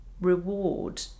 reward